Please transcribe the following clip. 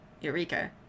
Eureka